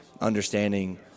understanding